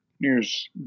news